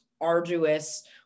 arduous